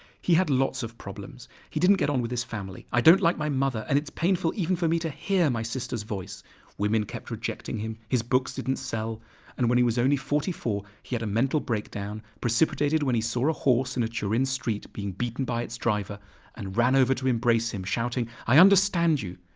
he had lots of problems he didn't get on with his family i don't like my mother and it's painful even for me to hear my sister's voice women kept rejecting him. his books didn't sell and when he was only forty-four, he had a mental breakdown, precipitated when he saw a horse in a turin street being beaten by its driver and ran over to embrace him shouting i understand you.